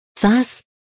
Thus